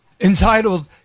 entitled